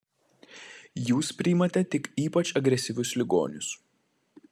jūs priimate tik ypač agresyvius ligonius